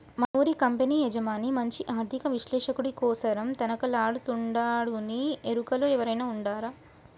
మనూరి కంపెనీ యజమాని మంచి ఆర్థిక విశ్లేషకుడి కోసరం తనకలాడతండాడునీ ఎరుకలో ఎవురైనా ఉండారా